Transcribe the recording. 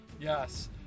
Yes